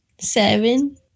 Seven